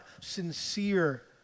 sincere